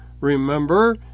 remember